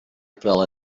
fell